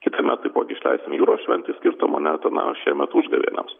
kitąmet taipogi išleisime jūros šventei skirtą monetą na o šiemet užgavėnėms